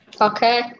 Okay